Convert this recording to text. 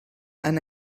han